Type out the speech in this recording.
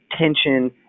tension